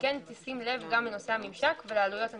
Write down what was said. שכן תשים לב גם לנושא הממשק ולעלויות הנלוות.